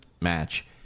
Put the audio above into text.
match